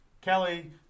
Kelly